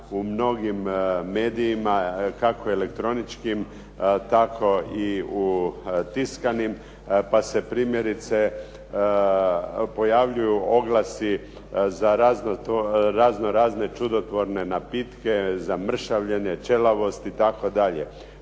u mnogim medijima kako elektroničkim, tako i u tiskanim, pa se primjerice pojavljuju oglasi za raznorazne čudotvorne napitke, za mršavljenje, ćelavost itd. Pa je